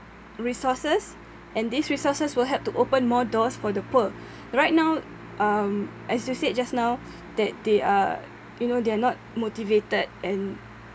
resources and these resources will help to open more doors for the poor right now um as you said just now that they are you know they are not motivated and